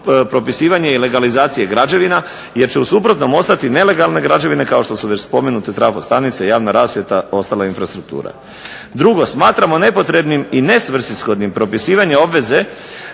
propisivanje i legalizacije građevina jer će u suprotnom ostati nelegalne građevine kao što su već spomenute trafostanice, javna rasvjeta, ostala infrastruktura. Drugo, smatramo nepotrebnim i nesvrsishodnim propisivanje obveze